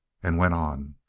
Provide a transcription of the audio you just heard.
and went on